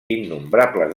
innombrables